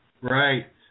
Right